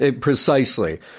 Precisely